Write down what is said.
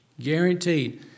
Guaranteed